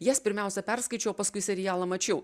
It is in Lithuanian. jas pirmiausia perskaičiau o paskui serialą mačiau